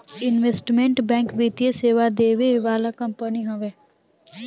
investment bank वित्तीय सेवा देवे वाला कंपनी हवे